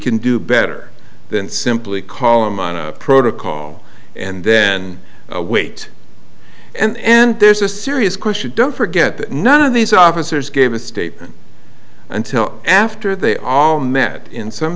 can do better than simply call him on a protocol and then wait and there's a serious question don't forget that none of these officers gave a statement until after they all met in some